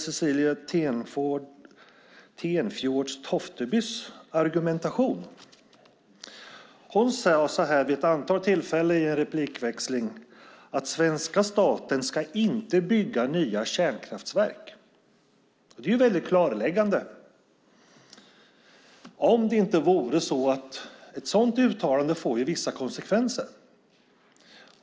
Cecilie Tenfjord-Toftby sade vid ett antal tillfällen i en replikväxling att svenska staten inte ska bygga nya kärnkraftverk. Det skulle vara väldigt klarläggande om det inte vore så att ett sådant uttalande får vissa konsekvenser.